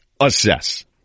Assess